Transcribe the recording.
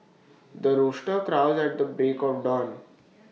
the rooster crows at the break of dawn